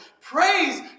Praise